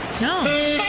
No